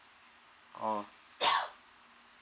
orh